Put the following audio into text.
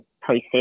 process